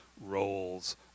roles